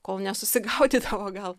kol nesusigaudydavo gal